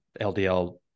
LDL